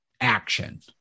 action